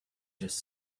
just